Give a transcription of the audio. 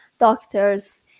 Doctors